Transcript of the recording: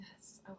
Yes